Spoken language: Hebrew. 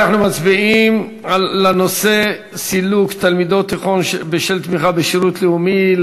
אנחנו מצביעים על הנושא: סילוק תלמידות תיכון בשל תמיכה בשירות לאומי,